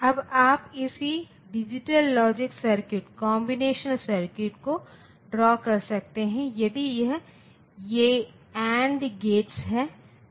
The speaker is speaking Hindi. अब अगर मैं इन सभी बिट्स का पूरक लेता हूं तो क्या होगा यह 1111 हो जाएगा